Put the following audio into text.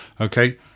Okay